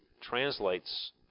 translates